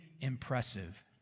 impressive